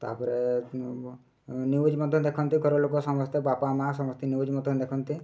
ତା'ପରେ ନ୍ୟୁଜ୍ ମଧ୍ୟ ଦେଖନ୍ତି ଘରଲୋକ ସମସ୍ତେ ବାପା ମାଆ ସମସ୍ତେ ନ୍ୟୁଜ୍ ମଧ୍ୟ ଦେଖନ୍ତି